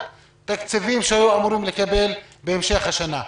תקציבים שהיו אמורים לקבל בהמשך השנה.